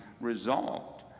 resolved